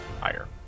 higher